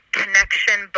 connection